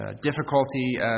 difficulty